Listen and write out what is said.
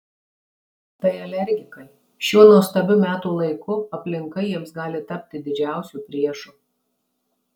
tai alergikai šiuo nuostabiu metų laiku aplinka jiems gali tapti didžiausiu priešu